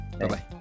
bye-bye